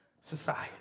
society